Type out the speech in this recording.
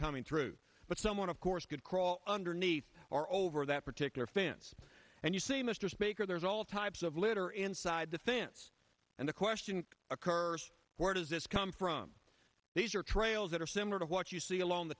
coming through but someone of course could crawl underneath or over that particular fence and you say mr speaker there's all types of litter inside the fence and the question occurs where does this come from these are trails that are similar to what you see along the